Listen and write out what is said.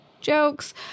Jokes